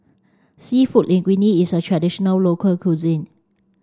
Seafood Linguine is a traditional local cuisine